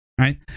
right